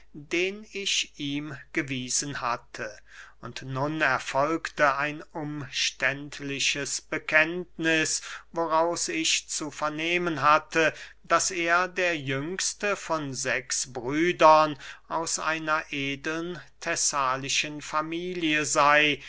den ich ihm gewiesen hatte und nun erfolgte ein umständliches bekenntniß woraus ich zu vernehmen hatte daß er der jüngste von sechs brüdern aus einer edeln thessalischen familie sey